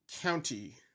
County